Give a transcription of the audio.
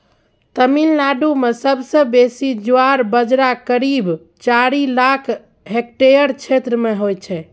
तमिलनाडु मे सबसँ बेसी ज्वार बजरा करीब चारि लाख हेक्टेयर क्षेत्र मे होइ छै